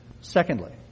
Secondly